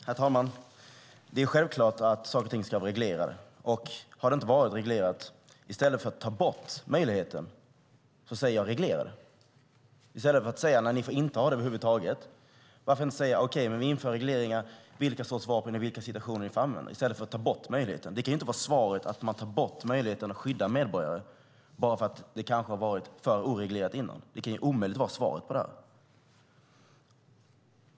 Herr talman! Det är självklart att saker och ting ska vara reglerade. Har det inte varit reglerat ska man reglera det i stället för att ta bort möjligheten. I stället för att säga: Ni får inte ha det över huvud taget, varför inte säga: Vi inför regleringar för vilka sorts vapen och för vilka situationer ni får använda dem. Varför inte göra det i stället för att ta bort möjligheten? Det kan inte vara svaret att man tar bort möjligheten att skydda medborgare bara för att det kanske har varit för oreglerat innan. Det kan omöjligt vara svaret på det.